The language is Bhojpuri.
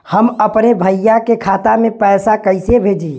हम अपने भईया के खाता में पैसा कईसे भेजी?